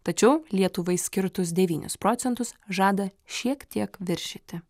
tačiau lietuvai skirtus devynis procentus žada šiek tiek viršyti